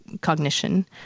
cognition